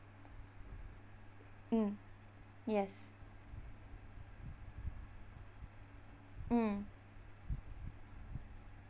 mm yes mm